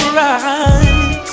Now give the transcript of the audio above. right